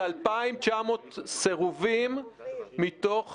זה 2,900 סירובים מתוך